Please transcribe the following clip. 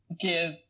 give